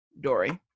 Dory